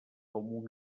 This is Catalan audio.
com